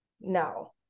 No